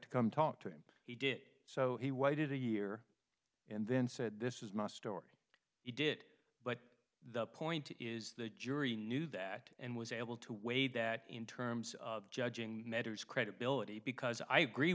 to come talk to him he did so he waited a year and then said this is my story he did but the point is the jury knew that and was able to weigh that in terms of judging medders credibility because i agree